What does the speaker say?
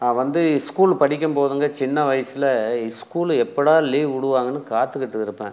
நான் வந்து ஸ்கூல் படிக்கும் போதுங்க சின்ன வயசில் ஸ்கூலு எப்போடா லீவ் விடுவாங்கன்னு காத்துகிட்டு இருப்பேன்